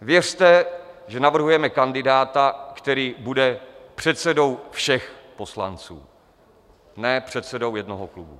Věřte, že navrhujeme kandidáta, který bude předsedou všech poslanců, ne předsedou jednoho klubu.